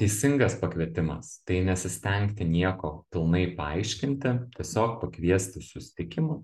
teisingas pakvietimas tai nesistengti nieko pilnai paaiškinti tiesiog pakviesti į susitikimą